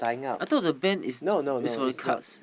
I thought the band is is for the karts